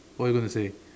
what you going to say